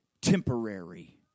temporary